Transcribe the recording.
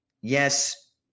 yes